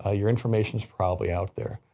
ah your information is probably out there,